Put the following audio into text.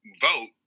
vote